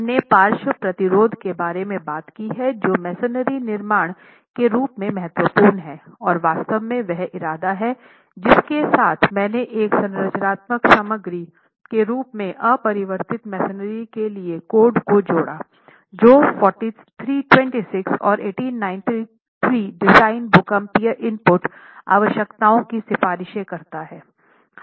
हमने पार्श्व प्रतिरोध के बारे में बात की है जो मेसनरी निर्माण के रूप में महत्वपूर्ण है और वास्तव में वह इरादा है जिसके साथ मैंने एक संरचनात्मक सामग्री के रूप में अपरिवर्तित मेसनरी के लिए कोड को जोड़ा जो 4326 और 1893 डिजाइन भूकंपीय इनपुट आवश्यकताओं की सिफारिशें करता है